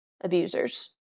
abusers